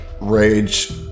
rage